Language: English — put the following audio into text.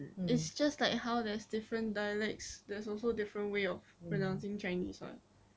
it's just like how there's different dialects there's also different way of pronouncing chinese [what]